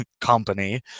company